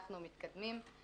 אנחנו מתקדמים.